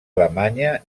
alemanya